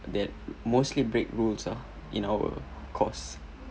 that mostly break rules ah in our course